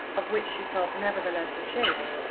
of which she felt nevertheless ashamed,